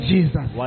Jesus